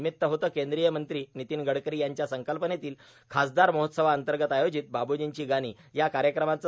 निमित्त होते केंद्रीय मंत्री नितीन गडकरी यांच्या संकल्पनेतील खासदार महोत्सवांतर्गत आयोजित बाब्र्जीची गाणी या कार्यक्रमाचे